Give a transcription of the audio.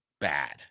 bad